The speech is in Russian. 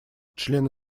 члены